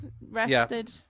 rested